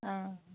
অঁ